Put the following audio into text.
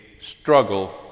struggle